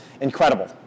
incredible